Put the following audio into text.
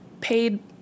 paid